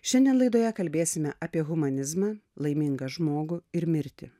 šiandien laidoje kalbėsime apie humanizmą laimingą žmogų ir mirtį